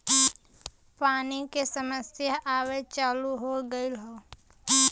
पानी के समस्या आवे चालू हो गयल हौ